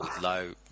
low